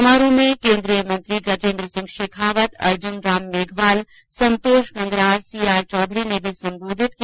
समारोह में कोन्द्रीय मंत्री गजेन्द्र सिंह शेखावत अर्जुन मेघवाल संतोष गंगरार सी आर चौधरी ने भी संबोधित किया